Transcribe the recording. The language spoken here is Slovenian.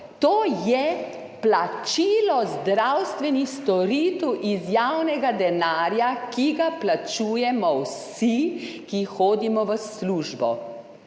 To je plačilo zdravstvenih storitev iz javnega denarja, ki ga plačujemo vsi, ki hodimo v službo.